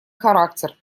характер